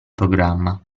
programma